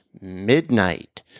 midnight